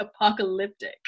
apocalyptic